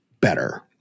better